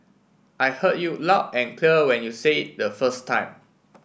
I heard you loud and clear when you say it the first time